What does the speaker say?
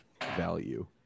value